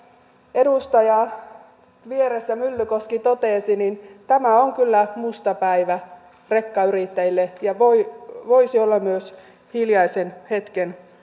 edustaja vieressä myllykoski totesi niin tämä on kyllä musta päivä rekkayrittäjille ja voisi olla myös hiljaisen hetken